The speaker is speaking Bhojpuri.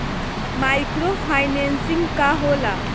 माइक्रो फाईनेसिंग का होला?